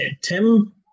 Tim